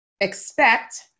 expect